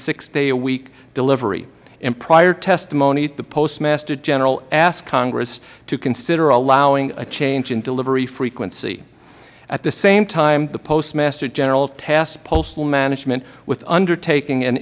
six day a week delivery in prior testimony the postmaster general asked congress to consider allowing a change in delivery frequency at the same time the postmaster general tasked postal management with undertaking an